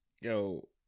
yo